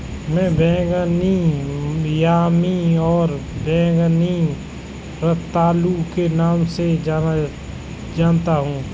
मैं बैंगनी यामी को बैंगनी रतालू के नाम से जानता हूं